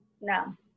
No